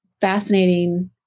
fascinating